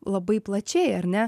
labai plačiai ar ne